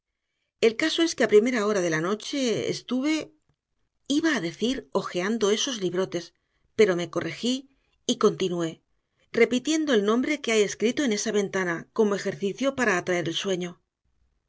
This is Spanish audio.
el caso es que a primera hora de la noche estuve iba a decir hojeando esos librotes pero me corregí y continué repitiendo el nombre que hay escrito en esa ventana como ejercicio para atraer el sueño